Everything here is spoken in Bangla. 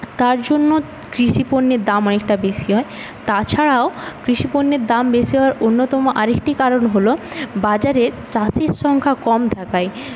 তার জন্য কৃষিপণ্যের দাম অনেকটা বেশী হয় তাছাড়াও কৃষিপণ্যের দাম বেশী হওয়ার অন্যতম আর একটি কারণ হল বাজারে চাষির সংখ্যা কম থাকায়